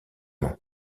nom